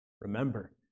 Remember